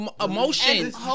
emotions